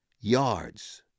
yards